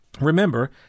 Remember